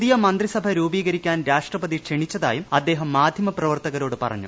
പുതിയ മന്ത്രിസഭി രൂപീകരിക്കാൻ രാഷ്ട്രപതി ക്ഷണിച്ചതായും അദ്ദേഹം മാധ്യമ പ്രവർത്തകരോട് പറഞ്ഞു